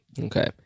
Okay